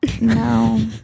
No